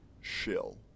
shill